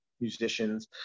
musicians